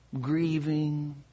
grieving